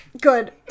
Good